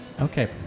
okay